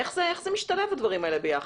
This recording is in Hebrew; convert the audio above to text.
איך הדברים האלה משתלבים יחד?